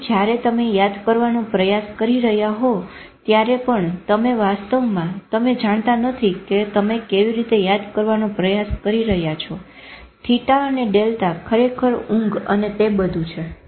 તેથી જયારે તમે યાદ કરવાનો પ્રયાસ કરી રહ્યા હોવ ત્યારે પણ તમે વાસ્તવમાં તમે જાણતા નથી કે તમે કેવી રીતે યાદ કરવાનો પ્રયાસ કરી રહ્યા છો થીટા અને ડેલ્ટા ખરેખર ઊંઘ અને તે બધું છે